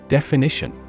Definition